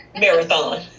marathon